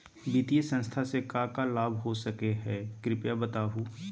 वित्तीय संस्था से का का लाभ हो सके हई कृपया बताहू?